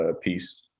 piece